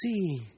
see